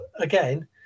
again